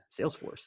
salesforce